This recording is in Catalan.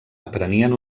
aprenien